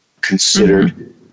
considered